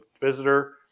visitor